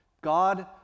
God